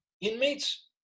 inmates